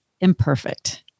imperfect